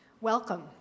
Welcome